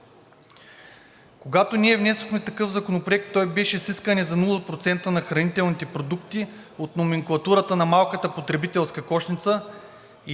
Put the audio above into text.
Когато ние внесохме такъв законопроект, той беше с искане за 0% на хранителните продукти от номенклатурата на малката потребителска кошница.